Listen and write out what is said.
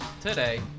today